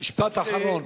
משפט אחרון.